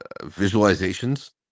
visualizations